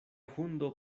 hundo